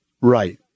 Right